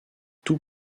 tout